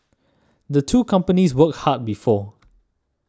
the two companies worked hard before